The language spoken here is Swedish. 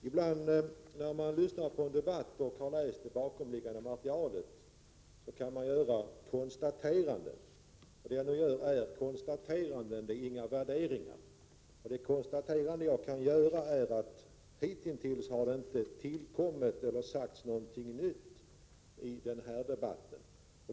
Ibland när man lyssnar på debatten och har läst det bakomliggande materialet kan man göra vissa konstateranden — det är inte fråga om några värderingar —, och det konstaterande jag kan göra här är att det hittills i debatten inte har sagts något nytt.